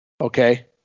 Okay